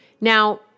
Now